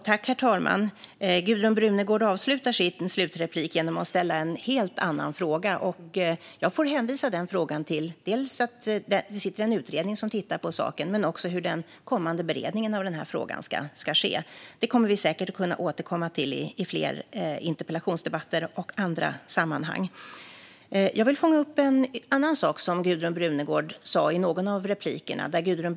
Herr talman! Gudrun Brunegård avslutar sitt sista inlägg med att ställa en helt annan fråga. Jag får hänvisa till den utredning som tittar på saken men också till den kommande beredningen av den frågan. Det kommer vi säkert att kunna återkomma till i fler interpellationsdebatter och andra sammanhang. Jag vill fånga upp en annan sak som Gudrun Brunegård nämnde i något av sina inlägg.